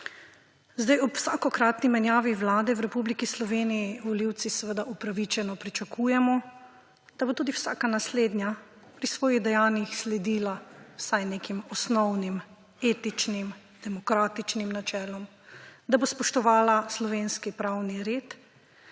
ur. Ob vsakokratni menjavi vlade v Republiki Sloveniji volivci upravičeno pričakujemo, da bo tudi vsaka naslednja pri svojih dejanjih sledila vsaj nekim osnovnim etičnim, demokratičnim načelom, da bo spoštovala slovenski pravni red